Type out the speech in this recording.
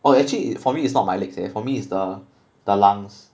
oh actually for me it's not my legs leh for me it's the the lungs